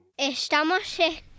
Estamos